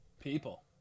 People